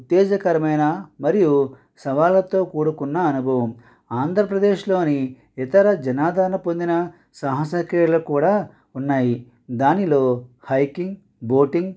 ఉత్తేజకరమైన మరియు సవాళ్ళతో కూడుకున్న అనుభవం ఆంధ్రప్రదేశ్లోని ఇతర జనాధారణ పొందిన సాహస క్రీడలు కూడా ఉన్నాయి దానిలో హైకింగ్ బోటింగ్